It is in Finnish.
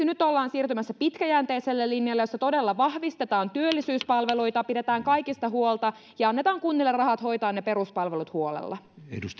nyt ollaan siirtymässä pitkäjänteiselle linjalle jossa todella vahvistetaan työllisyyspalveluita pidetään kaikista huolta ja annetaan kunnille rahat hoitaa ne peruspalvelut huolella